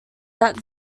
that